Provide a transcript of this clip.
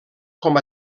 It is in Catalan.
com